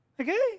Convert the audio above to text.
Okay